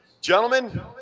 Gentlemen